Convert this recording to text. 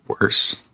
worse